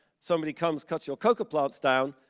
somebody comes, cuts your coca plants down,